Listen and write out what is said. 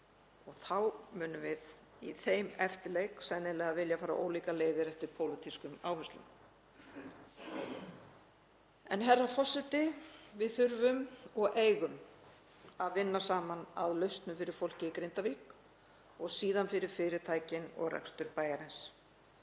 munum við sennilega vilja fara ólíkar leiðir eftir pólitískum áherslum. Herra forseti. Við þurfum og eigum að vinna saman að lausnum fyrir fólkið í Grindavík og síðan fyrir fyrirtækin og rekstur bæjarins.